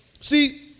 See